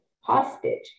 hostage